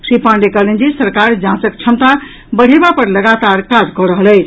श्री पांडेय कहलनि जे सरकार जांचक क्षमता बढ़यबा पर लगातार काज कऽ रहल अछि